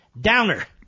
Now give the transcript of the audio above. Downer